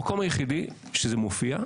המקום היחידי שזה מופיע,